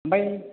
ओमफ्राय